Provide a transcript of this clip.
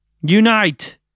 Unite